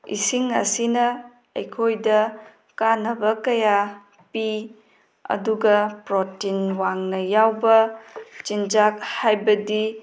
ꯏꯁꯤꯡ ꯑꯁꯤꯅ ꯑꯩꯈꯣꯏꯗ ꯀꯥꯟꯅꯕ ꯀꯌꯥ ꯄꯤ ꯑꯗꯨꯒ ꯄ꯭ꯔꯣꯇꯤꯟ ꯋꯥꯡꯅ ꯌꯥꯎꯕ ꯆꯤꯟꯖꯥꯛ ꯍꯥꯏꯕꯗꯤ